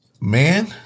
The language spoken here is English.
man